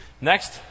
next